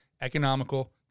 economical